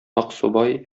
аксубай